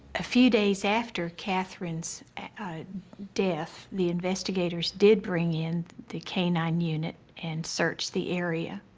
a few days after katherine's death, the investigators did bring in the k nine unit and search the area.